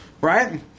Right